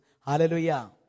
Hallelujah